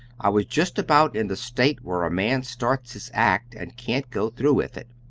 i was just about in the state where a man starts his act and can't go through with it,